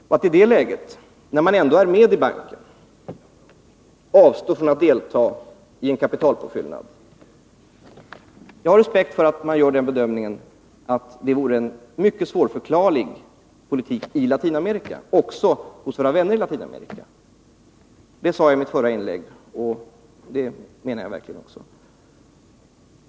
Jag har respekt för att man gör den bedömningen att det vore mycket svårt att förklara för Latinamerika och för våra vänner där om vi i det läget, när vi ändå är med i banken, avstod från att delta i en kapitalpåfyllnad. Det sade jag i mitt förra inlägg, och det menar jag verkligen.